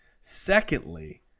Secondly